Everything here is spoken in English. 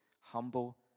humble